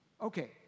Okay